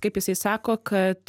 kaip jisai sako kad